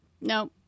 no